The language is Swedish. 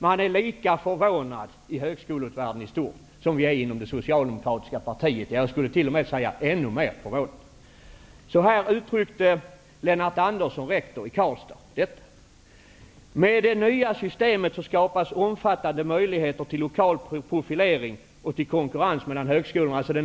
Man är lika förvånad i högskolevärlden i stort som vi är inom det socialdemokratiska partiet -- ja, ännu mer förvånad, skulle jag vilja säga. Så här uttrycks det av Lennart Andersson, rektor i Karlstad: Med det nya systemet, alltså den nya högskolelagen och den nya högskoleförordningen, skapas omfattande möjligheter till lokal profilering och till konkurrens mellan högskolorna.